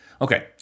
Okay